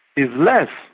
is less,